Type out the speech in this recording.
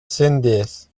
cnds